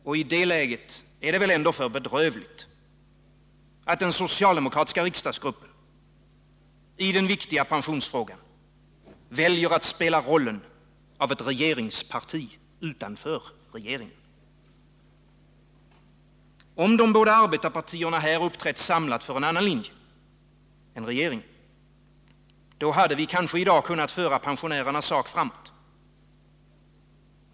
Och i det läget är det väl ändå för bedrövligt att den socialdemokratiska riksdagsgruppen i den viktiga pensionsfrågan väljer att spela rollen av ett regeringsparti utanför regeringen. Om de båda arbetarpartierna här hade uppträtt samlat för en annan linje än regeringens, hade de i dag kanske kunnat föra pensionärernas sak framåt.